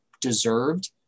deserved